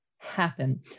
happen